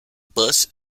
bus